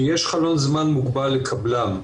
שיש חלון זמן מוגבל לקבלם,